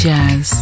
Jazz